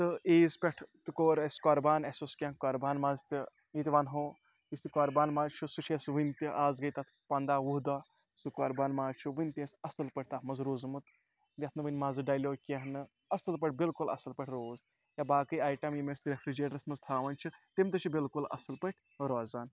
تہٕ عیٖذ پٮ۪ٹھ تہِ کوٚر اَسِہ قۄربان اَسِہ اوس کینٛہہ قۄربان ماز تہٕ یِتہِ وَنہو یُس یہِ قۄربان ماز چھُ سُہ چھُ اَسِہ وٕنہِ تہِ اَز گٔیے تَتھ پَنٛداہ وُہ دۄہ سُہ قۄربان ماز چھُ وٕنہِ تہِ اَسِہ اَصٕل پٲٹھۍ تَتھ منٛز روٗدمُت یَتھ نہٕ وٕنہِ مَزٕ ڈَلیو کینٛہہ نہٕ اَصٕل پٲٹھۍ بلکل اَصٕل پٲٹھۍ روٗد یا باقٕے آیٹَم یِم أسۍ رٮ۪فرِجریٹَرس منٛز تھَوان چھِ تِم تہِ چھِ بلکل اَصٕل پٲٹھۍ روزان